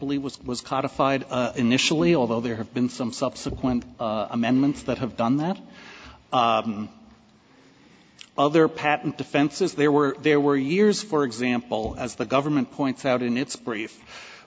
believe was was codified initially although there have been some subsequent amendments that have done that other patent defenses there were there were years for example as the government points out in its brief